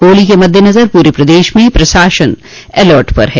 होली के मद्देनज़र पूरे प्रदेश में प्रशासन अलर्ट है